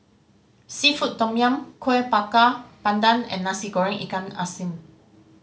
seafood tom yum Kuih Bakar Pandan and Nasi Goreng ikan masin